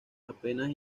apenas